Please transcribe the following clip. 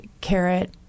carrot